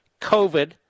COVID